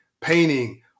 painting